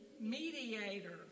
Mediator